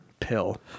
pill